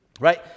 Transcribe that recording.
Right